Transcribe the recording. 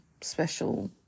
special